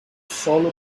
sólo